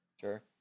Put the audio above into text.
Sure